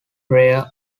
rear